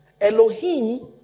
Elohim